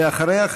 ואחריה,